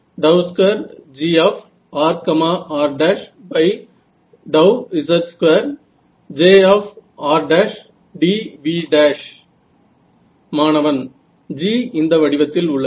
Ez1j00k2Grr2Grrz2JrdV மாணவன் G இந்த வடிவத்தில் உள்ளது